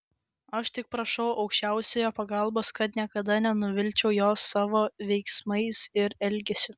aš tik prašau aukščiausiojo pagalbos kad niekada nenuvilčiau jo savo veiksmais ir elgesiu